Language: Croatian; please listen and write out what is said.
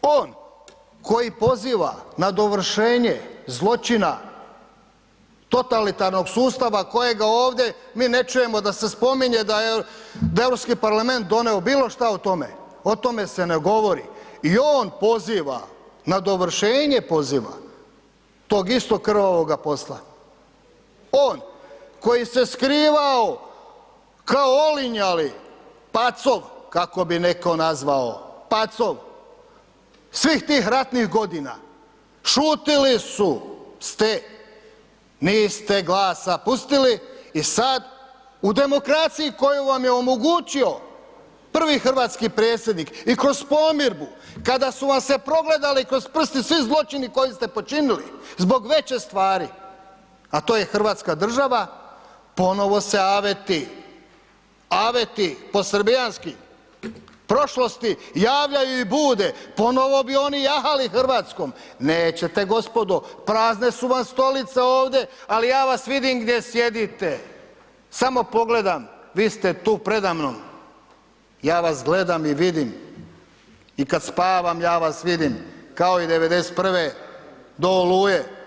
On koji poziva na dovršenje zločina totalitarnog sustava kojega ovdje mi ne čujemo da se spominje da je, da je Europski parlament donio bilo šta o tome, o tome se ne govori i on poziva na dovršenje poziva tog istoga krvavoga posla, on koji se skrivao kao olinjali pacov kako bi netko nazvao, pacov, svih tih ratnih godina šutili su, ste, niste glasa pustili i sad u demokraciji koju vam je omogućio prvi hrvatski predsjednik i kroz pomirbu kada su vam su se progledali kroz prste svi zločini koji ste počinili zbog veće stvari, a to je hrvatska država, ponovo se aveti, aveti po srbijanski, prošlosti javljaju i bude, ponovo bi oni jahali RH, nećete gospodo, prazne su vam stolice ovde, al ja vas vidim gdje sjedite, samo pogledam, vi ste tu preda mnom, ja vas gledam i vidim i kad spavam ja vas vidim kao i '91. do Oluje.